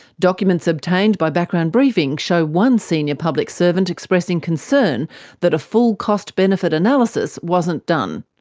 documents obtained by background briefing show one senior public servant expressing concern that a full cost-benefit analysis wasn't done.